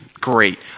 Great